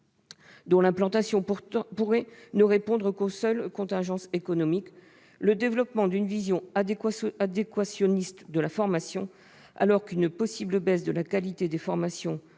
dont l'implantation pourrait ne répondre qu'aux seules contingences économiques, et le développement d'une vision « adéquationniste » de la formation, avec une possible baisse de sa qualité, car on peut